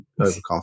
overconfident